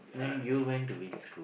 then you went to which school